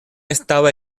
estaba